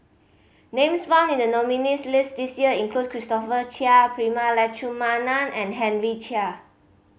names found in the nominees' list this year include Christopher Chia Prema Letchumanan and Henry Chia